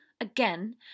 again